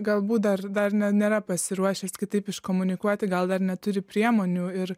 galbūt dar dar nėra pasiruošęs kitaip iškomunikuoti gal dar neturi priemonių ir